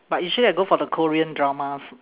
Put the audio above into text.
but usually I go for the korean dramas